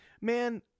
Man